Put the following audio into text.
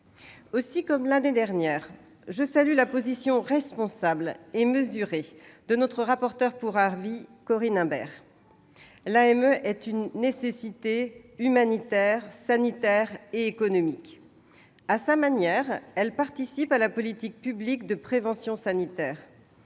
Aussi, comme l'année dernière, je salue la position responsable et mesurée de notre rapporteure pour avis, Corinne Imbert. L'AME est une nécessité humanitaire, sanitaire et économique. À sa manière, elle participe à la politique publique de prévention sanitaire.